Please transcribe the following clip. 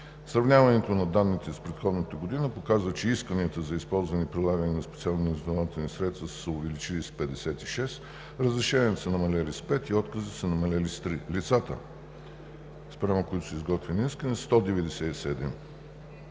Сравняването на данните с предходната година показва, че исканията за използване и прилагане на специални разузнавателни средства са се увеличили с 56, разрешенията са намалели с 5 и отказите са намалели с 3. Лицата, спрямо които са изготвени искания, са 197.